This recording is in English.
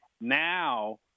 now